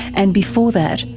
and before that,